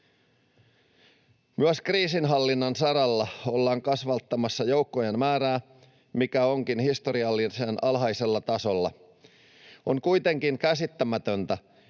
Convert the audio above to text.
Myös kriisinhallinnan saralla ollaan kasvattamassa joukkojen määrää, joka onkin historiallisen alhaisella tasolla. On kuitenkin käsittämätöntä,